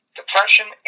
Depression